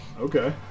Okay